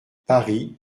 paris